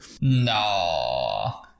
No